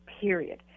period